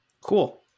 cool